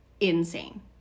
insane